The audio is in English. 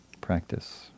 practice